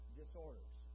disorders